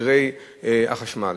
מחירי החשמל,